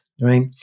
Right